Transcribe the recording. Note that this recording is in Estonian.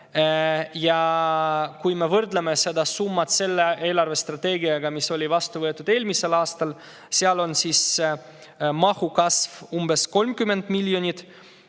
Kui me võrdleme seda summat selle eelarvestrateegiaga, mis oli vastu võetud eelmisel aastal, siis on mahu kasv umbes 30 miljonit.